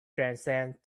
transcend